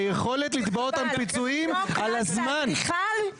היכולת לתבוע אותם פיצויים על הזמן,